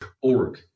Org